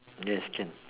yes can